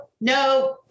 no